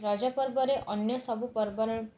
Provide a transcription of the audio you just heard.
ରଜ ପର୍ବରେ ଅନ୍ୟ ସବୁ ପର୍ବର